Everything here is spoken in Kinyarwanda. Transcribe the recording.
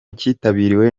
kitabiriwe